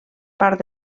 part